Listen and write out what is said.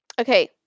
Okay